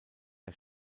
der